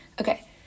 okay